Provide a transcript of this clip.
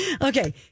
Okay